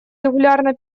регулярно